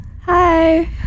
Hi